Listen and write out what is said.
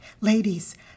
Ladies